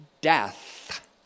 death